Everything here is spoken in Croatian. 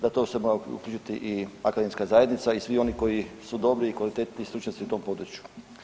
Zato se mora uključiti i akademska zajednica i svi oni koji su dobri i kvalitetni stručnjaci u tom području.